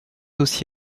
aussi